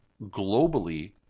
globally